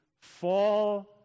fall